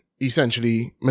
essentially